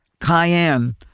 Cayenne